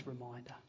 reminder